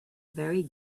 very